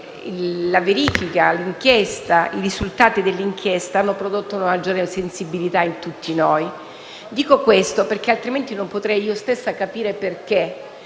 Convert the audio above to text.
la verifica e i risultati dell'inchiesta hanno prodotto una maggiore sensibilità in tutti noi. Dico questo perché altrimenti non potrei io stessa capire perché,